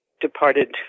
departed